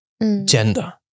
Gender